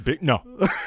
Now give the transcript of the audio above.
No